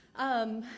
um,